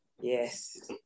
yes